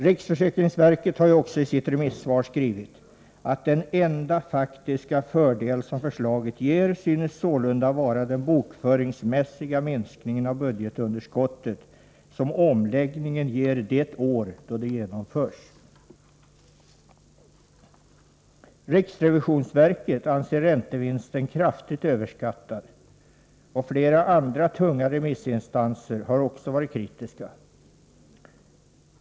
Riksförsäkringsverket har ju också i sitt remissvar skrivit att den enda faktiska fördel som förslaget ger synes vara den bokföringsmässiga minskning av budgetunderskottet som omläggningen ger det år då den genomförs. Riksrevisionsverket anser räntevinsten vara kraftigt överskattad. Flera andra tunga remissinstanser har också varit kritiska.